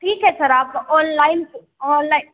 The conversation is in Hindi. ठीक है सर आपका ओनलाइन ओनलाइन